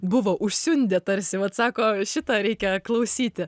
buvo užsiundė tarsi vat sako šitą reikia klausyti